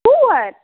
کور